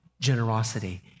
generosity